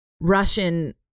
Russian